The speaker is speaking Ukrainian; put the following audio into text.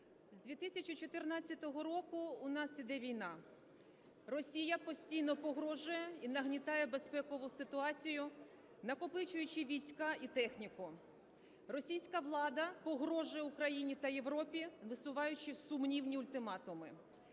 З 2014 року у нас йде війна. Росія постійно погрожує і нагнітає безпекову ситуацію, накопичуючи війська і техніку. Російська влада погрожує Україні та Європі, висуваючи сумнівні ультиматуми.